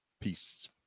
Peace